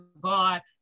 God